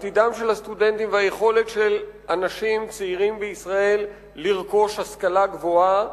עתידם של הסטודנטים והיכולת של אנשים צעירים בישראל לרכוש השכלה גבוהה,